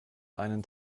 einen